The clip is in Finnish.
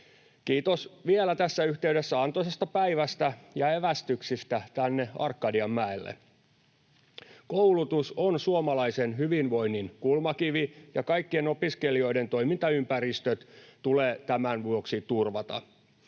Kiitos vielä tässä yhteydessä antoisasta päivästä ja evästyksistä tänne Arkadianmäelle. Koulutus on suomalaisen hyvinvoinnin kulmakivi, ja kaikkien opiskelijoiden toimintaympäristöt tulee tämän vuoksi turvata.